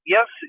Yes